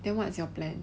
then what is your plan